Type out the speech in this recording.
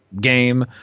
game